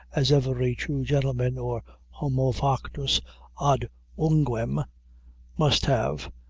as every true gentleman or homo factus ad unguem must have,